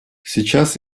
сейчас